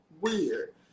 weird